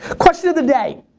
question of the day.